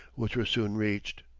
which were soon reached.